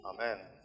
Amen